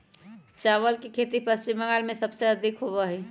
चावल के खेती पश्चिम बंगाल में सबसे अधिक होबा हई